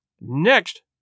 Next